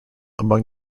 among